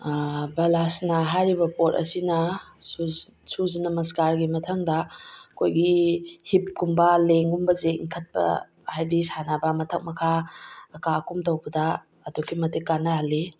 ꯕꯂꯥꯁꯅꯥ ꯍꯥꯏꯔꯤꯕ ꯄꯣꯠ ꯑꯁꯤꯅ ꯁꯨꯔꯖ ꯅꯃꯁꯀꯥꯔꯒꯤ ꯃꯊꯪꯗ ꯑꯩꯈꯣꯏꯒꯤ ꯍꯤꯞꯀꯨꯝꯕ ꯂꯦꯡꯒꯨꯝꯕꯁꯦ ꯏꯟꯈꯠꯄ ꯍꯥꯏꯗꯤ ꯁꯥꯟꯅꯕ ꯃꯊꯛ ꯃꯈꯥ ꯑꯀꯥ ꯑꯀꯨꯝ ꯇꯧꯕꯗ ꯑꯗꯨꯛꯀꯤ ꯃꯇꯤꯛ ꯀꯥꯟꯅꯍꯜꯂꯤ